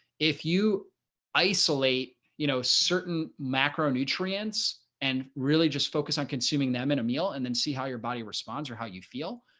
if you isolate, you know, certain macronutrients and really just focus on consuming them in a meal and then see how your body responds or how you feel.